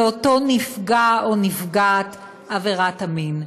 לאותו נפגע או נפגעת עבירת מין.